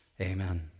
Amen